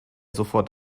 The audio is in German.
sofort